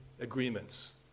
agreements